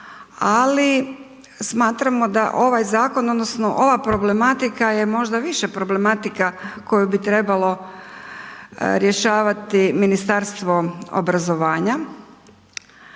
ali smatramo da ovaj zakon odnosno ova problematika je možda više problematika koju bi trebalo rješavati Ministarstvo obrazovanja,